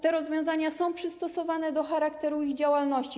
Te rozwiązania są przystosowane do charakteru ich działalności.